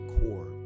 core